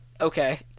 okay